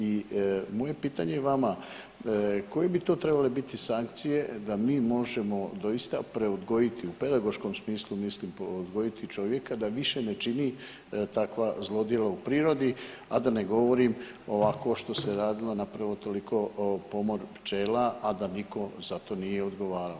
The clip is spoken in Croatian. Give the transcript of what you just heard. I moje pitanje vama koje bi to trebale biti sankcije da mi možemo doista preodgojiti u pedagoškom smislu mislim odgojiti čovjeka da više ne čini takva zlodjela u prirodi, a da ne govorim ovako što se radilo napravio toliki pomor pčela, a da nitko za to nije odgovarao.